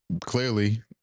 clearly